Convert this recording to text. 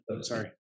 sorry